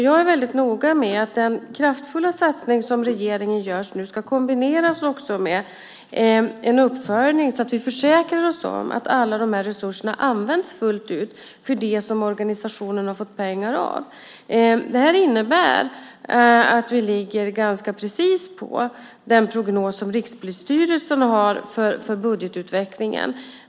Jag är väldigt noga med att den kraftfulla satsning som regeringen gör också ska kombineras med en uppföljning så att vi försäkrar oss om att alla dessa resurser används fullt ut för det som organisationen har fått pengar för. Det innebär att vi ligger ganska precis på den prognos som Rikspolisstyrelsen har för budgetutvecklingen.